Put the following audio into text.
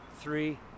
three